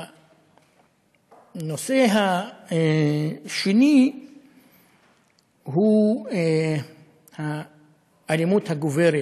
הנושא השני הוא האלימות הגוברת